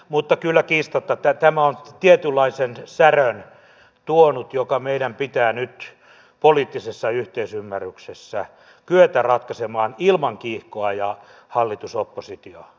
mutta kyllä kiistatta tämä on tuonut tietynlaisen särön joka meidän pitää nyt poliittisessa yhteisymmärryksessä kyetä ratkaisemaan ilman kiihkoa ja hallitusoppositio asetelmaa